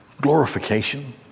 glorification